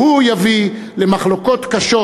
והוא יביא למחלוקות קשות.